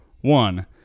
One